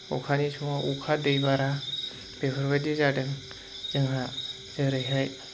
अखानि समाव अखानि दै बारा बेफोरबायदि जादों जोंहा जेरैहाय